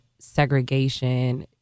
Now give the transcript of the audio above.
segregation